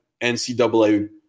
NCAA